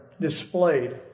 displayed